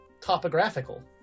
topographical